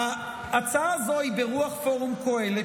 ההצעה הזאת היא ברוח פורום קהלת,